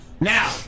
Now